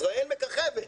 ישראל מככבת.